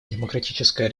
демократическая